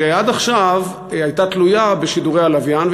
שעד עכשיו הייתה תלויה בשידורי הלוויין,